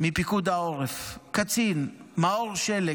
מפיקוד העורף, קצין, מאור שלג.